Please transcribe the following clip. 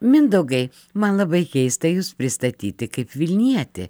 mindaugai man labai keista jus pristatyti kaip vilnietį